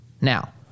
Now